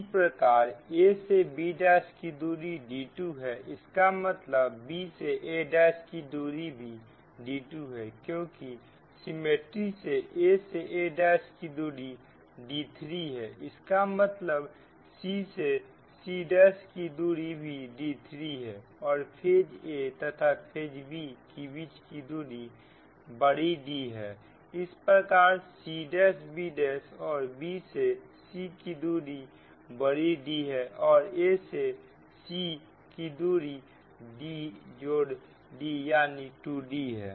इसी प्रकार a से b' की दूरी d2 है इसका मतलब b से a' की भी दूरी d2 है क्योंकि सिमेट्री से a से a' की दूरी d3 है इसका मतलब c' से c की दूरी भी d3 है और फेज a तथा फेज b के बीच की दूरी D है इसी प्रकार c'b' और b से c की दूरी D है और a से c की दूरी D जोड़ D यानी 2D है